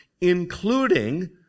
including